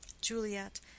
Juliet